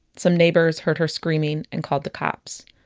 some neighbors heard her screaming and called the cops